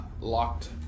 locked